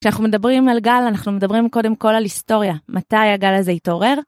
כשאנחנו מדברים על גל, אנחנו מדברים קודם כל על היסטוריה, מתי הגל הזה יתעורר?